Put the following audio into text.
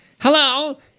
Hello